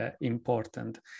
important